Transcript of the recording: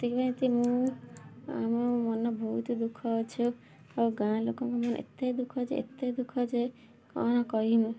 ଏଥିପାଇଁକି ମୁଁ ଆମ ମନ ବହୁତ ଦୁଃଖ ଅଛୁ ଆଉ ଗାଁ ଲୋକଙ୍କ ମନ ଏତେ ଦୁଃଖ ଯେ ଏତେ ଦୁଃଖ ଯେ କ'ଣ କହିମୁ